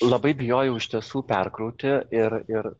labai bijojau iš tiesų perkrauti ir ir